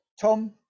Tom